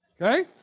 Okay